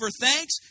thanks